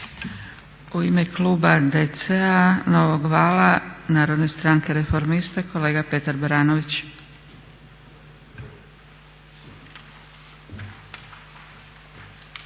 U ime kluba DC-a, Novog vala, Narodne stranke reformista kolega Petar Baranović.